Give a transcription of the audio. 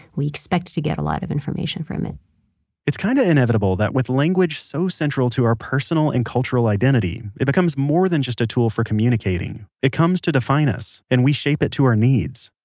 we expect to get a lot of information from it it's kinda inevitable that with language so central to our personal and cultural identity, it becomes more than just a tool for communicating. it comes to define us, and we shape it to our needs.